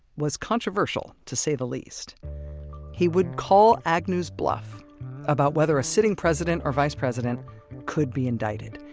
was controversial. to say the least he would call agnew's bluff about whether a sitting president or vice president could be indicted.